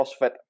CrossFit